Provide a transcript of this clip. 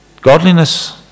Godliness